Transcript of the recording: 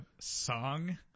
song